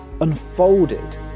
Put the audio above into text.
unfolded